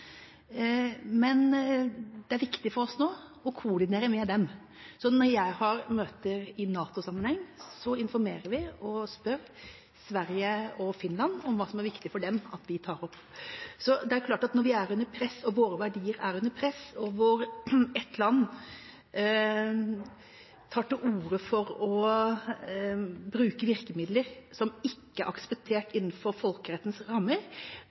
det er viktig for oss nå å koordinere med dem. Så når jeg har møter i NATO-sammenheng, så informerer vi og spør Sverige og Finland om hva som er viktig for dem at vi tar opp. Så det er klart at når vi er under press, og våre verdier er under press, og hvor ett land tar til orde for å bruke virkemidler som ikke er akseptert innenfor folkerettens rammer,